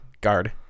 guard